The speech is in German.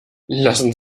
lassen